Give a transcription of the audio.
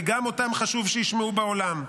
כי גם אותם חשוב שישמעו בעולם: